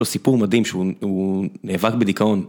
סיפור מדהים שהוא נאבק בדיכאון.